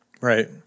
Right